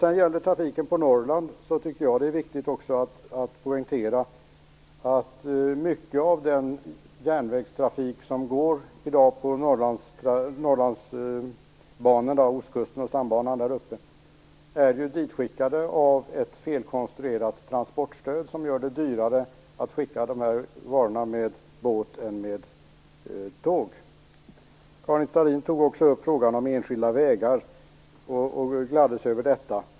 Jag tycker att det är viktigt att poängtera att mycket av den järnvägstrafik som i dag går på Norrlandsbanorna, dvs. Ostkustbanan och Stambanan där uppe, är ditskickad av ett felkonstruerat transportstöd som gör det dyrare att skicka varorna med båt än med tåg. Karin Starrin tog också upp frågan om enskilda vägar och gladdes sig över dessa.